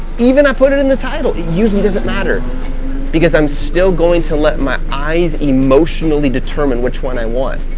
even i put it in the title. it usually doesn't matter because i'm still going to let my eyes emotionally determine which one i want,